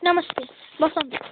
ନମସ୍କାର ବସନ୍ତୁ